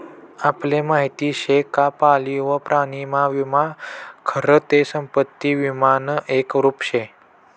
आपले माहिती शे का पाळीव प्राणी विमा खरं ते संपत्ती विमानं एक रुप शे